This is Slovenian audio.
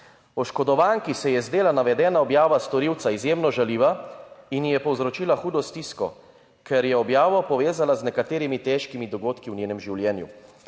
Oškodovanki se je zdela navedena objava storilca izjemno žaljiva in ji je povzročila hudo stisko, ker je objavo povezala z nekaterimi težkimi dogodki v njenem življenju.